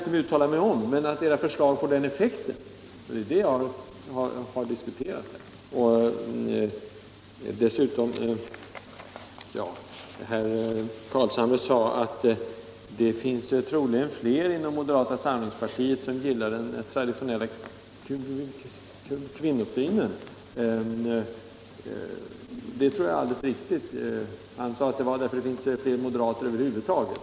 Herr Carlshamre sade att det troligen finns fler inom moderata samlingspartiet än inom folkpartiet som gillar den traditionella kvinnosynen. Det tror jag är alldeles riktigt. Han menade att det beror på att det finns fler moderater över huvud taget.